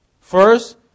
First